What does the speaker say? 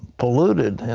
polluted.